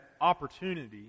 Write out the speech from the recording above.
opportunity